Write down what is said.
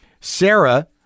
Sarah